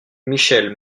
michel